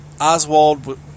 Oswald